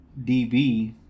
db